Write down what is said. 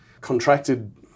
contracted